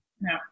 No